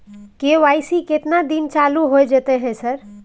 KYC केतना दिन चालू होय जेतै है सर?